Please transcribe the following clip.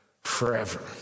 forever